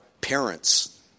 parents